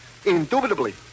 Indubitably